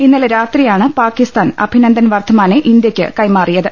ഇന്നലെ രാത്രിയാണ് പാക്കിസ്ഥാൻ അഭിന ന്ദൻ വർദ്ധമാനെ ഇന്ത്യക്ക് കൈമാറിയത്